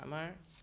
আমাৰ